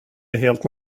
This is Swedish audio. helt